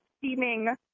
steaming